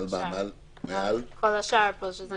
לכל השאר פה.